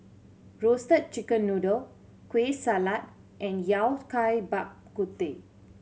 Roasted Chicken Noodle Kueh Salat and yao Bak Kut Teh